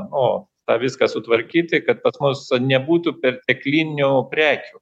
o tą viską sutvarkyti kad pas mus nebūtų perteklinių prekių